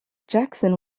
jackson